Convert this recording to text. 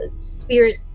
spirit